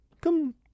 come